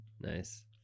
Nice